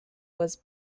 was